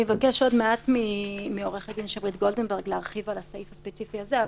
אני אבקש עוד מעט מעו"ד גולדנברג להרחיב על הסעיף הספציפי הזה.